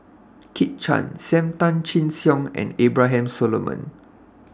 Kit Chan SAM Tan Chin Siong and Abraham Solomon